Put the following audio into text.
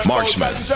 Marksman